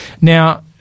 Now